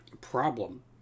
problem